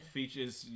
features